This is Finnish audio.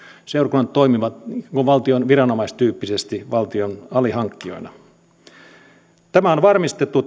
seurakunnat toimivat viranomaistyyppisesti valtion alihankkijoina tämä yhdenvertaisuus on varmistettu